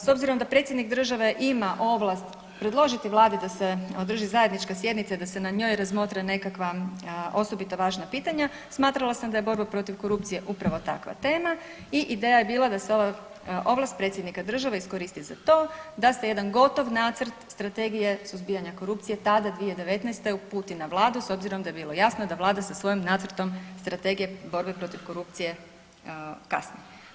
S obzirom da predsjednik države ima ovlast predložiti Vladi da se održi zajednička sjednica i da se na njoj razmotre nekakva osobita važna pitanja smatrala sam da je borba protiv korupcije upravo takva tema i ideja je bila da se ova ovlast predsjednika države iskoristi za to da se jedan gotov nacrt strategije suzbijanja korupcije tada 2019. uputi na Vladu s obzirom da je bilo jasno da Vlada sa svojim nacrtom Strategije borbe protiv korupcije kasni.